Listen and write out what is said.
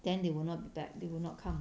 then they will not back they will not come